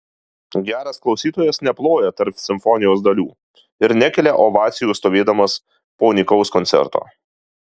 geras klausytojas neploja tarp simfonijos dalių ir nekelia ovacijų stovėdamas po nykaus koncerto